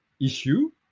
issue